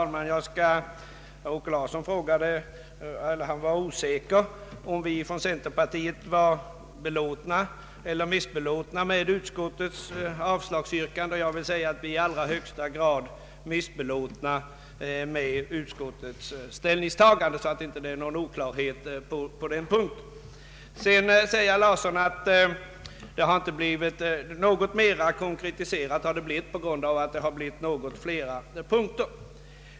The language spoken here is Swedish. Herr talman! Herr Åke Larsson var osäker på om vi från centerpartiet var belåtna eller missbelåtna med utskottets avslagsyrkande. Jag vill säga — för att det inte skall råda någon oklarhet på den punkten — att vi är i allra högsta grad missbelåtna. Vidare sade herr Åke Larsson att det har blivit något mer komplicerat på grund av att det tillkommit flera punkter.